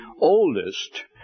oldest